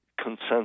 consensus